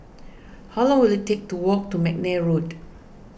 how long will it take to walk to McNair Road